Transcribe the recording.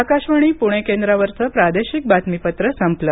आकाशवाणी पुणे केंद्रावरचं प्रादेशिक बातमीपत्र संपलं